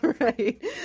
right